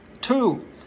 Two